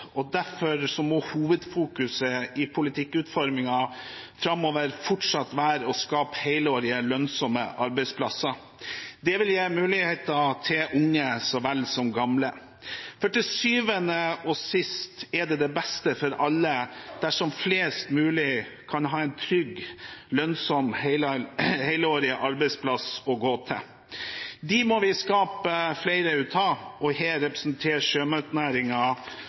og derfor må hovedfokuset i politikkutformingen framover fortsatt være å skape helårige, lønnsomme arbeidsplasser. Det vil gi muligheter til unge så vel som gamle, for til syvende og sist er det det beste for alle dersom flest mulig kan ha en trygg, lønnsom, helårig arbeidsplass å gå til. Dem må vi skape flere av, og her representerer